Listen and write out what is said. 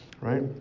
right